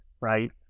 right